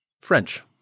French